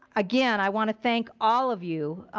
again, i wanna thank all of you.